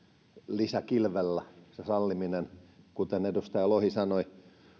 lisäkilvellä kuten edustaja lohi sanoi